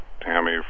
Tammy